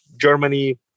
Germany